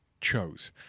chose